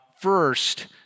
First